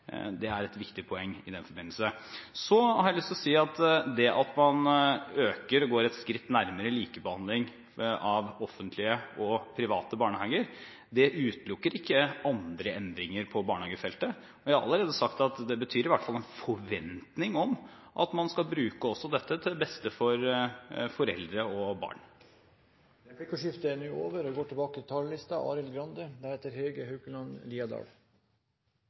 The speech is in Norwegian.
Det er et viktig poeng i den forbindelse. Så har jeg lyst til å si at det at man øker, går et skritt nærmere, likebehandling av offentlige og private barnehager, ikke utelukker andre endringer på barnehagefeltet. Jeg har allerede sagt at det betyr i hvert fall en forventning om at man skal bruke også dette til beste for foreldre og barn. Replikkordskiftet er over.